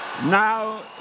Now